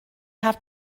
have